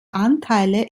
anteile